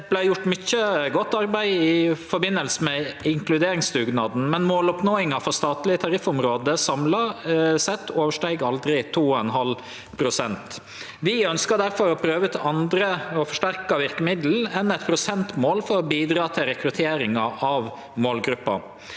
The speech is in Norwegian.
Det vart gjort mykje godt arbeid i forbindelse med inkluderingsdugnaden, men måloppnåinga for statleg tariffområde samla sett oversteig aldri 2,5 pst. Vi ønskjer difor å prøve ut andre og forsterka verkemiddel enn eit prosentmål for å bidra til rekruttering av målgruppa.